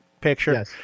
picture